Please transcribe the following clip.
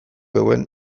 zuen